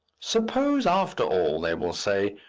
suppose, after all, they will say,